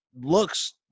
looks